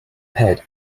pad